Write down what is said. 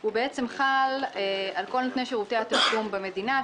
הוא בעצם חל על כל נותני שירותי התשלום במדינה.